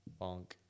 Bonk